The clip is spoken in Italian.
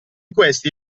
questi